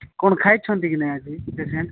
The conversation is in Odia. କ'ଣ ଖାଇଛନ୍ତି କି ନାଇ ଆଜି ପେସେଣ୍ଟ